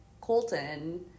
Colton